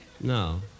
No